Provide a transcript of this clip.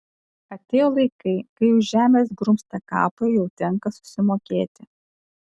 atėjo laikai kai už žemės grumstą kapui jau tenka susimokėti